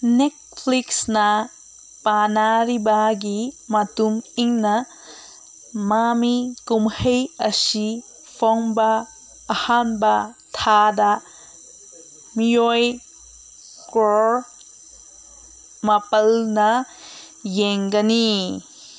ꯅꯦꯠꯐ꯭ꯂꯤꯛꯁꯅ ꯄꯥꯅꯔꯤꯕꯒꯤ ꯃꯇꯨꯡꯏꯟꯅ ꯃꯃꯤ ꯀꯨꯝꯍꯩ ꯑꯁꯤ ꯐꯣꯡꯕ ꯑꯍꯥꯟꯕ ꯊꯥꯗ ꯃꯤꯑꯣꯏ ꯀ꯭ꯔꯣꯔ ꯃꯥꯄꯜꯅ ꯌꯦꯡꯒꯅꯤ